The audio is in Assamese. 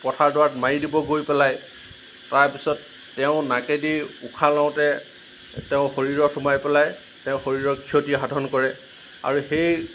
পথাৰডৰাত মাৰি দিব গৈ পেলাই তাৰপিছত তেওঁ নাকেদি উশাহ লওঁতে তেওঁৰ শৰীৰত সোমাই পেলাই তেওঁৰ শৰীৰৰ ক্ষতি সাধন কৰে আৰু সেই